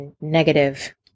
negative